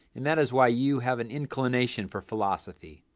and that is why you have an inclination for philosophy,